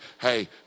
hey